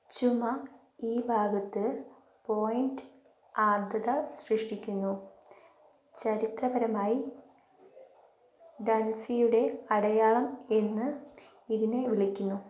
ചുമ ഈ ഭാഗത്ത് പോയിൻറ്റ് ആർദ്രത സൃഷ്ടിക്കുന്നു ചരിത്രപരമായി ഡൺഫിയുടെ അടയാളം എന്ന് ഇതിനെ വിളിക്കുന്നു